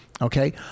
okay